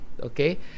okay